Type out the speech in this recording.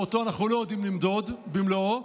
שאנחנו לא יודעים למדוד במלואו,